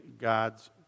God's